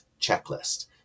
checklist